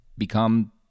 become